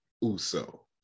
Uso